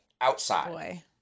outside